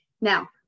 Now